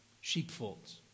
sheepfolds